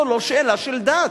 זו לא שאלה של דת.